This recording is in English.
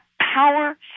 power